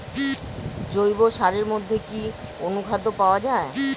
জৈব সারের মধ্যে কি অনুখাদ্য পাওয়া যায়?